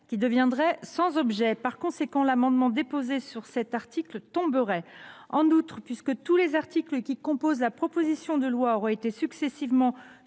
qui deviendrait sans objet. Par conséquent, l’amendement déposé sur cet article deviendrait lui même sans objet. En outre, puisque tous les articles qui composent la proposition de loi auraient été successivement supprimés